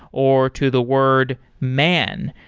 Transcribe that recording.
or to the word man,